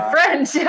French